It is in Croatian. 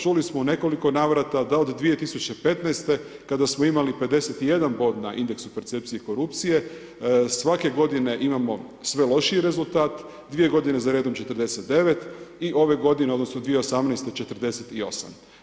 Čuli smo u nekoliko navrata da od 2015. kada smo imali 51 bod na indeksu percepcije i korupcije svake godine imamo sve lošiji rezultat, dvije godine za redom 49 i ove godine odnosno 2018. 48.